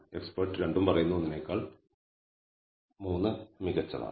expert 2 ഉം പറയുന്നു 1 നെക്കാൾ 3 മികച്ചതാണെന്ന്